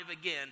again